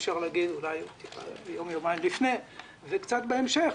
אולי יום יומיים לפני וקצת בהמשך,